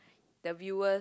the viewers